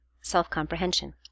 self-comprehension